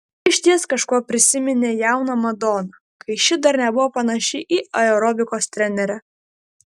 ji išties kažkuo prisiminė jauną madoną kai ši dar nebuvo panaši į aerobikos trenerę